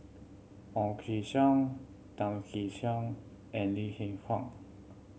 Ong Kim Seng Tan Kee Sek and Lim Hng Hiang